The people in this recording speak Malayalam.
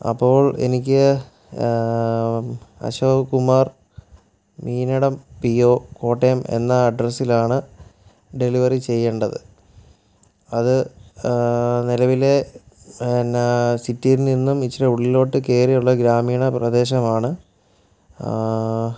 അപ്പോൾ എനിക്ക് അശോക് കുമാർ മീനടം പി ഓ കോട്ടയം എന്ന അഡ്രസ്സിലാണ് ഡെലിവറി ചെയ്യേണ്ടത് അത് നിലവിൽ സിറ്റിയിൽ നിന്നും ഇച്ചിരി ഉള്ളിലോട്ട് കയറിയുള്ള ഗ്രാമീണ പ്രദേശമാണ്